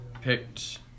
picked